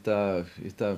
tą tą